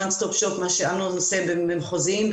מה שאמנון עושה במחוזיים,